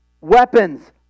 weapons